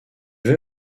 veut